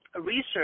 research